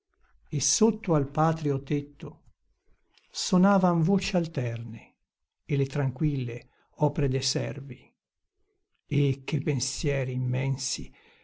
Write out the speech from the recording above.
e sotto al patrio tetto sonavan voci alterne e le tranquille opre de servi e che pensieri immensi